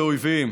לאויבים,